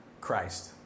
Christ